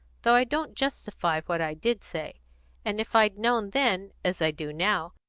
though i don't justify what i did say and if i'd known then, as i do now,